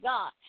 God